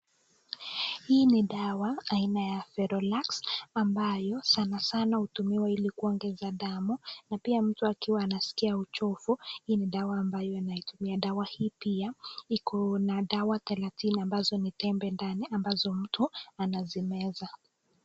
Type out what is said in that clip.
Hii ni dawa aina ya ferolax ambayo sanasana hutumiwa ili kuongeza damu, na pia mtu akiwa anaskia uchovu, hii ni dawa ambayo, dawa hii pia iko na tembe thelathini ambayo ni dawa ambazo mtu anazimeza.